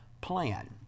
plan